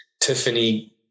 Tiffany